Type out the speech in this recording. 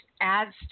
adds